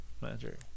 magic